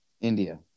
India